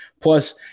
plus